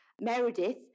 Meredith